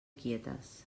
quietes